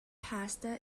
pasta